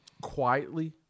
quietly